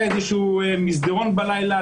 היה מסדרון בלילה,